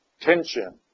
tension